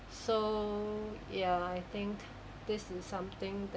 so ya I think this is something